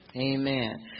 Amen